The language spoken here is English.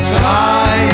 try